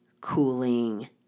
cooling